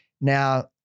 now